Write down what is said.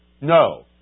No